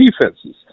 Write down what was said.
defenses